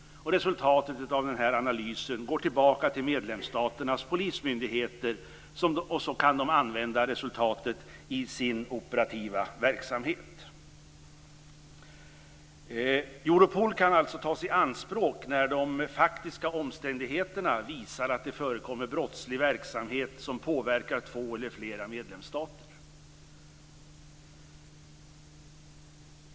Analysresultatet går tillbaka till medlemsstaternas polismyndigheter för att användas i deras operativa verksamhet. Europol kan tas i anspråk när de faktiska omständigheterna visar att det förekommer brottslig verksamhet som påverkar två eller flera medlemsstater.